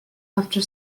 after